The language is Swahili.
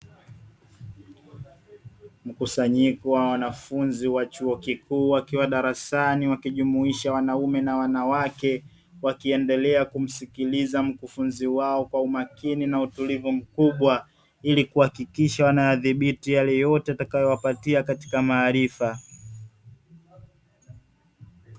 Mkusanyiko wa wanafunzi wa chuo kikuu wakiwa darasani wakijumuisha wanaume na wanawake, wakiendelea kumsikiliza mkufunzi wao kwa umakini na utulivu mkubwa, ili kuhakikisha wanayadhibiti yale yote atakayowapatia katika maarifa.